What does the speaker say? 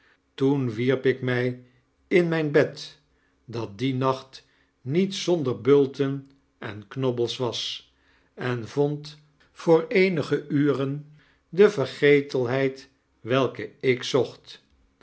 toen wierp ik mg in mijn bed dat dien nacht niet zonder bulten en knobbels was en vond voor eenige uren de vergetelheid welke ik zocht